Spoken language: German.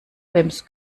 wem´s